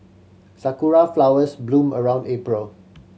sakura flowers bloom around April